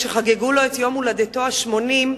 כשחגגו לו את יום הולדתו ה-80,